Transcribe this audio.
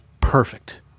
Perfect